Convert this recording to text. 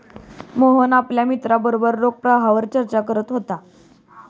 मोहन आपल्या मित्रांबरोबर रोख प्रवाहावर चर्चा करत होता